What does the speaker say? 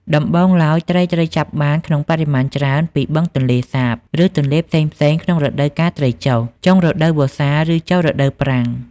ដំបូងឡើយ ត្រីត្រូវចាប់បានក្នុងបរិមាណច្រើនពីបឹងទន្លេសាប ឬទន្លេផ្សេងៗក្នុងរដូវកាលត្រីចុះ ចុងរដូវវស្សា ឬចូលរដូវប្រាំង។